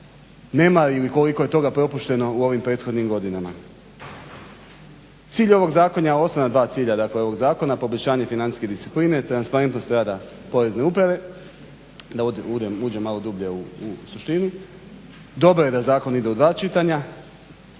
nemar ili koliko je toga propušteno u ovim prethodnim godinama. Cilj ovog zakona je, osnovna dva cilja dakle ovog zakona poboljšanje financijske discipline, transparentnost rada Porezne uprave, da uđem malo dublje u suštinu. Dobro je da zakon ide u dva čitanja